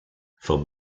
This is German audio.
vom